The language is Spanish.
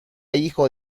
hijo